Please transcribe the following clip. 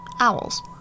owls